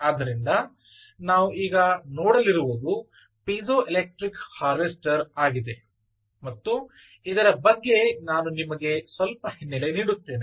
ಆದ್ದರಿಂದ ನಾವು ಈಗ ನೋಡಲಿರುವದು ಪೀಜೋಎಲೆಕ್ಟ್ರಿಕ್ ಹಾರ್ವೆಸ್ಟರ್ ಆಗಿದೆ ಮತ್ತು ಇದರ ಬಗ್ಗೆ ನಾನು ನಿಮಗೆ ಸ್ವಲ್ಪ ಹಿನ್ನೆಲೆ ನೀಡುತ್ತೇನೆ